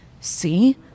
see